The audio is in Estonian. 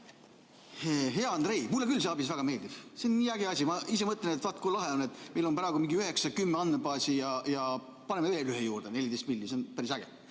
Hea Andrei! Mulle küll see ABIS väga meeldib. See on nii äge asi. Ma ise mõtlen, et vaat, kui lahe on, meil on praegu mingi 9–10 andmebaasi ja paneme veel ühe juurde, 14 miljonit, see on päris äge.